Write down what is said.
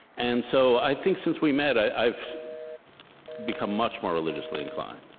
and so i think, since we met, i've become much more religiously inclined.